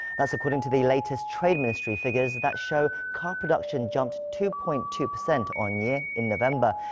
that's according to the latest trade ministry figures that show car production jumped two-point-two percent on-year in november,